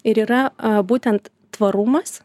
ir yra a būtent tvarumas